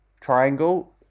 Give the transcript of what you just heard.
triangle